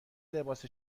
لباس